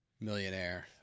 Millionaire